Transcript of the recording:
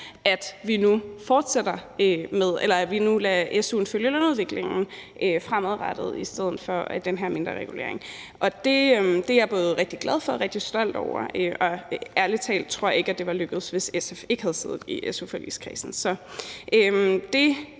at vi fremadrettet lader su'en følge lønudviklingen i stedet for den her mindreregulering. Det er jeg rigtig glad for og rigtig stolt over, og jeg tror ærlig talt ikke, at det var lykkedes, hvis SF ikke havde siddet i su-forligskredsen.